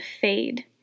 fade